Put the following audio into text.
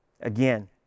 again